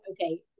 okay